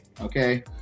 okay